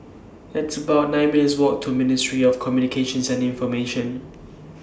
It's about nine minutes' Walk to Ministry of Communications and Information